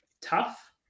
tough